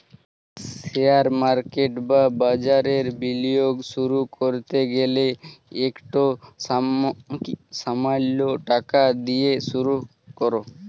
share market বা বাজারে বিলিয়গ শুরু ক্যরতে গ্যালে ইকট সামাল্য টাকা দিঁয়ে শুরু কর